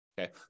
Okay